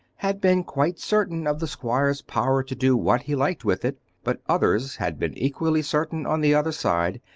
had been quite certain of the squire's power to do what he liked with it but others had been equally certain on the other side,